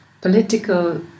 political